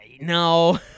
no